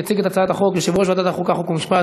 יציג את הצעת החוק יושב-ראש ועדת החוקה, חוק ומשפט